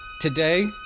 today